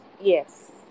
Yes